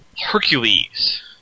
Hercules